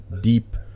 deep